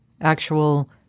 actual